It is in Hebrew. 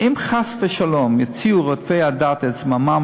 אם חס ושלום יוציאו רודפי הדת את זממם